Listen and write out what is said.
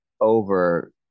over